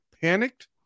panicked